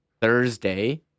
Thursday